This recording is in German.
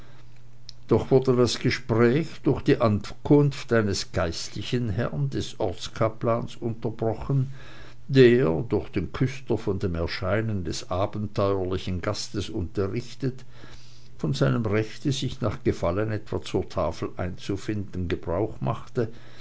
doch wurde das gespräch durch die ankunft eines geistlichen herren des ortskaplanes unterbrochen der durch den küster von dem erscheinen des abenteuerlichen gastes unterrichtet von seinem rechte sich nach gefallen etwa zur tafel einzufinden gebrauch machte